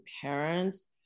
parents